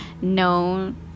known